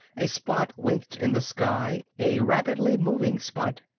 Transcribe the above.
a spot winked in the sky, a rapidly moving spot.